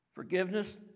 Forgiveness